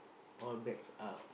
all best out